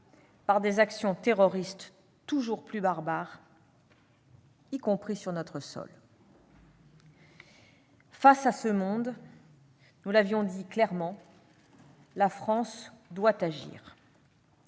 par des actions terroristes toujours plus barbares, y compris sur notre sol. Face à ce monde, nous l'avions dit clairement, la France doit agir.